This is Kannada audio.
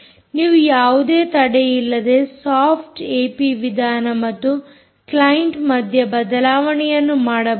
ನೀವು ಯಾವುದೇ ತಡೆಯಿಲ್ಲದೆ ಸಾಫ್ಟ್ ಏಪಿವಿಧಾನ ಮತ್ತು ಕ್ಲೈಂಟ್ ಮಧ್ಯೆ ಬದಲಾವಣೆಯನ್ನು ಮಾಡಬಹುದು